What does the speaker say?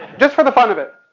just for the fun of it.